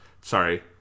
Sorry